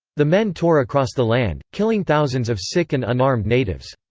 the men tore across the land, killing thousands of sick and unarmed natives.